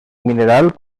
mineral